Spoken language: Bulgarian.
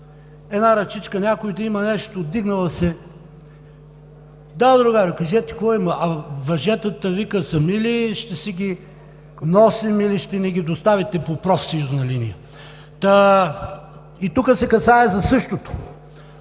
Една ръчичка, за да има нещо, вдигнала се: „Да, другарю, кажете какво има.“ „А въжетата – вика – сами ли ще си ги носим или ще ни ги доставите по профсъюзна линия?“ Та и тук се касае за същото.